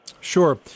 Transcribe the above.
Sure